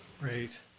Great